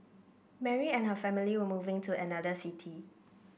Mary and her family were moving to another city